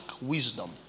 wisdom